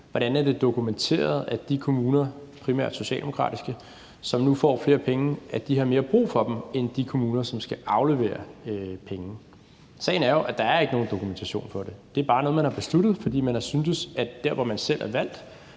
Hvordan er det dokumenteret, at de kommuner, primært socialdemokratiske, som nu får flere penge, har mere brug for dem end de kommuner, som skal aflevere penge? Sagen er jo, at der ikke er nogen dokumentation for det. Det er bare noget, man har besluttet, fordi man har syntes, at der, hvor man selv er valgt,